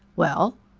well?